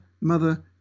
mother